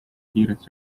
kiiret